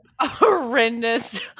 horrendous